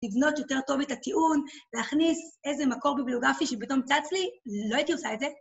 לבנות יותר טוב את הטיעון, להכניס איזה מקור ביבלוגרפי שפתאום צץ לי, לא הייתי עושה את זה.